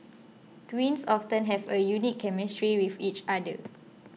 twins often have a unique chemistry with each other